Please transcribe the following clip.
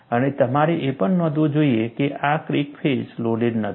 અને તમારે એ પણ નોંધવું જોઈએ કે આ ક્રેક ફેસ લોડેડ નથી